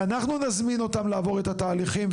ואנחנו נזמין אותם לעבור את התהליכים,